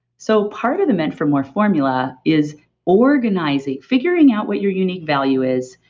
so, part of the meant for more formula is organizing, figuring out what your unique value is,